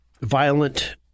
violent